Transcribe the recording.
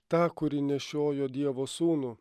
tą kuri nešiojo dievo sūnų